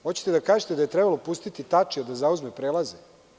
Hoćete da kažete da je trebalo pustiti Tačija da zauzme prelaze?